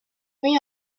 m’y